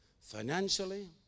Financially